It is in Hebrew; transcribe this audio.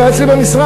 הוא היה אצלי במשרד,